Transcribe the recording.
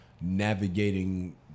navigating